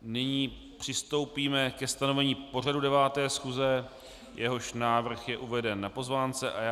Nyní přistoupíme ke stanovení pořadu 9. schůze, jehož návrh je uveden na pozvánce.